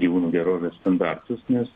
gyvūnų gerovės standartus nes